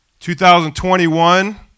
2021